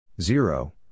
zero